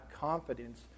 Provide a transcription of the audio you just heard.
confidence